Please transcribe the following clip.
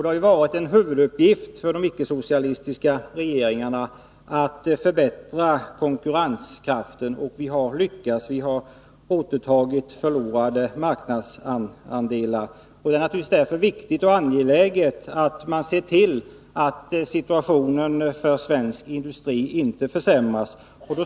Det har ju varit en huvuduppgift för de icke-socialistiska regeringarna att förbättra konkurrenskraften. Och vi har lyckats; vi har återtagit förlorade marknadsandelar. Därför är det naturligtvis viktigt och angeläget att se till att situationen för svensk industri inte försämras.